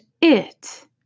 it